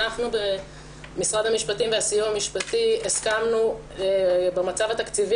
אנחנו במשרד המשפטים ובסיוע המשפטי הסכמנו שבמצב התקציבי